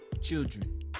children